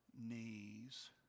knees